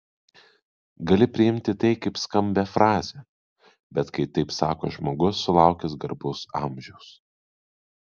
gali priimti tai kaip skambią frazę bet kai taip sako žmogus sulaukęs garbaus amžiaus